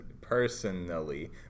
personally